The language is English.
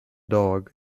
dog